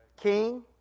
King